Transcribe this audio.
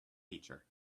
teacher